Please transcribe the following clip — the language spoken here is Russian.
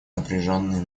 напряженные